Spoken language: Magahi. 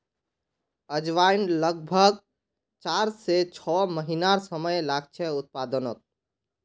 अजवाईन लग्ब्भाग चार से छः महिनार समय लागछे उत्पादनोत